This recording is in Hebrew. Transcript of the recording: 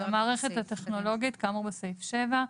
""המערכת הטכנולוגית" כאמור בסעיף 7,